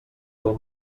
del